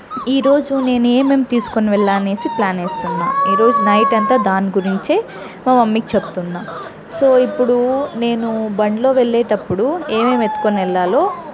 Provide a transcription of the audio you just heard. ఈరోజు నేను ఏమేమి తీసుకుని వెళ్ళాలి అనేసి ప్లాన్ వేస్తున్నా ఈరోజు నైట్ అంతా దాని గురించే మా మమ్మీకి చెప్తున్నా సో ఇప్పుడు నేను బండిలో వెళ్ళేటప్పుడు ఏమేమి వేసుకుని వెళ్ళాలో